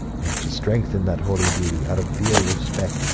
and to strengthen that holy duty out of deare respect,